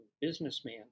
businessman